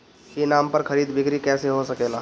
ई नाम पर खरीद बिक्री कैसे हो सकेला?